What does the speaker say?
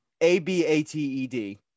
A-B-A-T-E-D